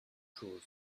choses